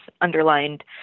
underlined